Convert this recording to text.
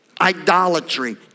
idolatry